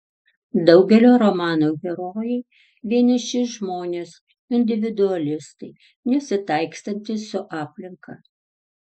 daugelio romanų herojai vieniši žmonės individualistai nesitaikstantys su aplinka